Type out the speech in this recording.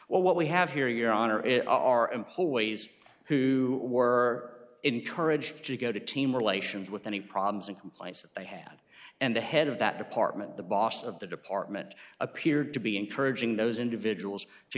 well what we have here your honor is our employees who were are encouraged to go to team relations with any problems and complaints that they had and the head of that department the boss of the department appeared to be encouraging those individuals to